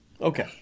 Okay